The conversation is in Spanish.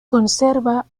conserva